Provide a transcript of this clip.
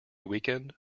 weekend